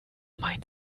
mein